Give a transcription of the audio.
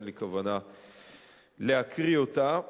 אין לי כוונה להקריא אותה.